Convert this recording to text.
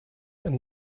and